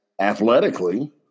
athletically